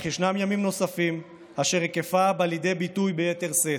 אך ישנם ימים נוספים אשר בהם היקפה בא לידי ביטוי ביתר שאת.